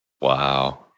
Wow